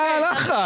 מה הלחץ?